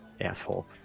Asshole